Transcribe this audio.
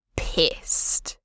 pissed